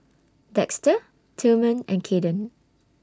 Dexter Tilman and Caiden